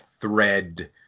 thread